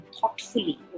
thoughtfully